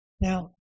Now